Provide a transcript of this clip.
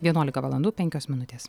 vienuolika valandų penkios minutės